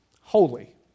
holy